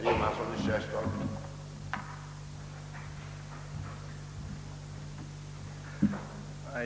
Herr talman!